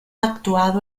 actuado